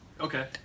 Okay